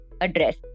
address